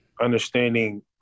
understanding